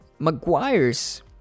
mcguires